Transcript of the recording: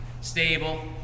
stable